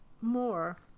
more